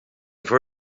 for